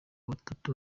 batatu